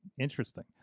interesting